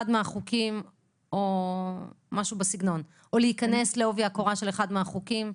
מהחוקים או להיכנס לעובי הקורה של אחד מהחוקים?